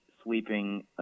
sweeping